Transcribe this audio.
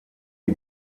die